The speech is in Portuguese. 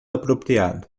apropriado